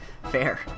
fair